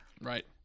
Right